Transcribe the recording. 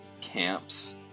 camps